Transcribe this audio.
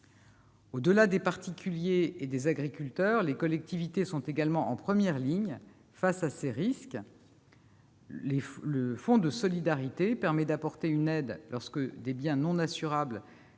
Au-delà des particuliers et des agriculteurs, les collectivités sont également en première ligne face à ces risques. Le fonds de solidarité permet de leur apporter une aide lorsque des biens non assurables,